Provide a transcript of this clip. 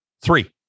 three